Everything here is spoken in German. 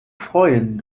freuen